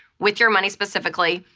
with your money specifically,